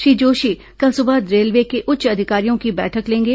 श्री जोशी कल सुबह रेलवे के उच्च अधिकारियों की बैठक लेंगे